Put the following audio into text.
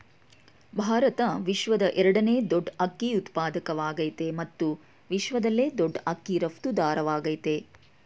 ಭಾರತ ವಿಶ್ವದ ಎರಡನೇ ದೊಡ್ ಅಕ್ಕಿ ಉತ್ಪಾದಕವಾಗಯ್ತೆ ಮತ್ತು ವಿಶ್ವದಲ್ಲೇ ದೊಡ್ ಅಕ್ಕಿ ರಫ್ತುದಾರವಾಗಯ್ತೆ